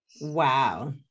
Wow